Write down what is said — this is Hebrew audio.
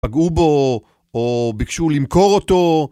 פגעו בו או ביקשו למכור אותו